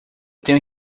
tenho